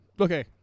Okay